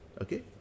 Okay